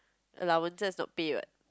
allowances not pay what